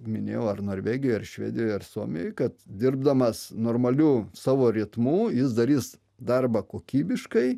minėjau ar norvegijoj ar švedijoj ar suomijoj kad dirbdamas normaliu savo ritmu jis darys darbą kokybiškai